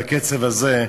בקצב הזה,